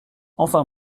enfin